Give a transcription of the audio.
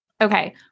Okay